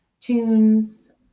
tunes